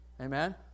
Amen